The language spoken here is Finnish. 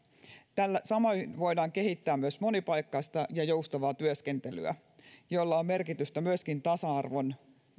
samoin voidaan kehittää myös monipaikkaista ja joustavaa työskentelyä millä on merkitystä myöskin tasa arvon